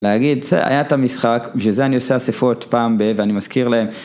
להגיד, בסדר היה את המשחק, ובשביל זה אני עושה אספות פעם בה.. ואני מזכיר להם.